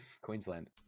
Queensland